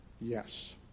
yes